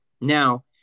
Now